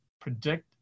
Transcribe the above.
predict